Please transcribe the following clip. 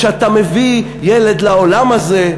כשאתה מביא ילד לעולם הזה,